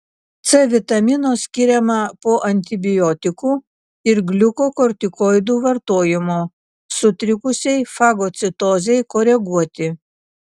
c vitamino skiriama po antibiotikų ir gliukokortikoidų vartojimo sutrikusiai fagocitozei koreguoti